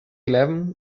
eleven